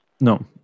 No